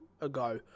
ago